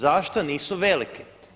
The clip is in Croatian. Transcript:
Zašto nisu velike?